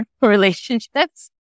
relationships